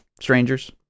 strangers